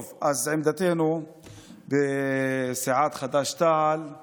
טוב, אז עמדתנו בסיעת חד"ש-תע"ל היא